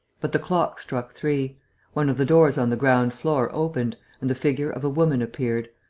but the clock struck three one of the doors on the ground-floor opened and the figure of a woman appeared,